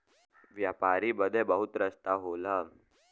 व्यापारी बदे बहुते रस्ता होला